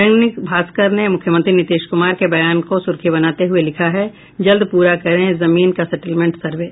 दैनिक भास्कर ने मुख्यमंत्री नीतीश कुमार के बयान को सुर्खी बनाते हुये लिखा है जल्द पूरा करें जमीन का सेटलमेंट सर्वे